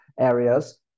areas